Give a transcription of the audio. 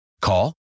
Call